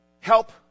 help